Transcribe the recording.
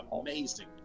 amazing